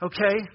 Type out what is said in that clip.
Okay